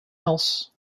else